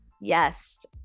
yes